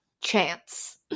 chance